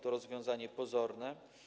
To rozwiązanie pozorne.